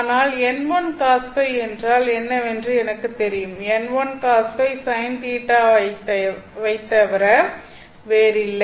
ஆனால் n1Cos Ø என்றால் என்னவென்று எனக்குத் தெரியும் n1Cos Ø Sin θi வைத் தவிர வேறில்லை